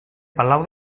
palau